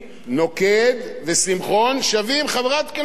שווים חברת כנסת אחת: ד"ר עינת וילף.